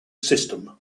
system